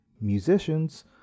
musicians